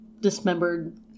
dismembered